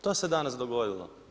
To se danas dogodilo.